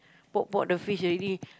poke poke the fish already